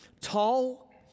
Tall